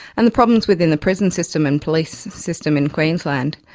and the problems within the prison system and police system in queensland.